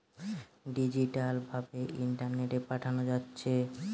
digital ভাবে ইন্টারনেটে পাঠানা যাচ্ছে